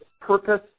purpose